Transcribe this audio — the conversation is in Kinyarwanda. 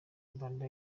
mbanda